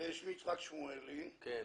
עושים אצל חולי אלצהיימר,